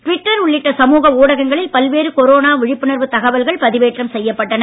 Twitter உள்ளிட்ட சமூக ஊடகங்களில் பல்வேறு கொரோனா விழிப்புணர்வு தகவல்கள் பதிவேற்றம் செய்யப்பட்டன